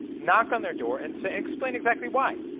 knock on their door and so explain exactly why.